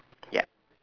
ya